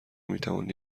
میتوان